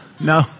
No